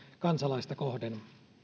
kansalaista kohden